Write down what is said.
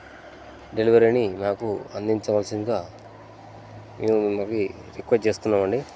డెలివరీని మాకు అందించవలసిందిగా మేము మిమ్మల్ని రిక్వస్ట్ చేస్తున్నామండి